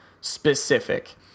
specific